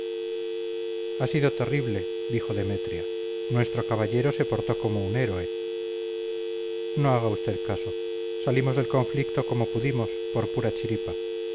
ha sido terrible dijo demetria nuestro caballero se portó como un héroe no haga usted caso salimos del conflicto como pudimos por pura chiripa